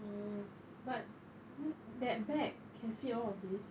oh but the that bag can fit all of these